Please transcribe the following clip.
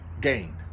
gained